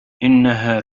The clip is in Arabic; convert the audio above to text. إنها